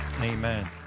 Amen